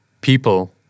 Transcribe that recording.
People